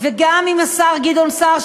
וגם עם השר גדעון סער,